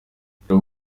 reka